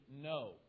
no